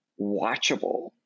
watchable